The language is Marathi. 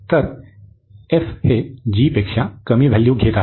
तर f हे g पेक्षा कमी व्हॅल्यू घेत आहे